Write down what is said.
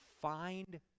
find